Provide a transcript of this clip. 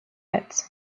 metz